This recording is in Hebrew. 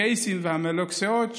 הקייסים והמלקוסאוץ'